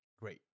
great